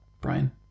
Brian